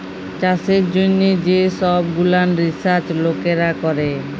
চাষের জ্যনহ যে সহব গুলান রিসাচ লকেরা ক্যরে